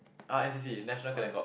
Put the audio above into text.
uh n_c_c National Cadet Corp